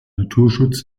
naturschutz